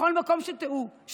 בכל מקום שתלכו,